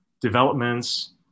developments